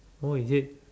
oh is it